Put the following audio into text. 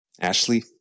Ashley